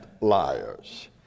liars